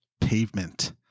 Pavement